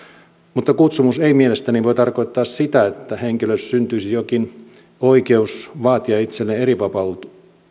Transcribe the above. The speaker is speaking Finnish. mutta kutsumus ei mielestäni voi tarkoittaa sitä että henkilölle syntyisi jokin oikeus vaatia itselleen erivapauksia